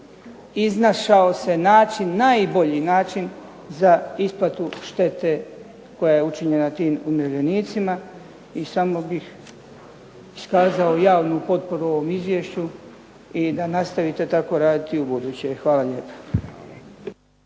iznašao se način najbolji način za isplatu štete koja je učinjena tim umirovljenicima. I samo bih iskazao javnu potporu ovom izvješću, i da nastavite tako raditi ubuduće. Hvala lijepa.